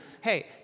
hey